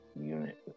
unit